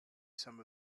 some